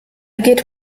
get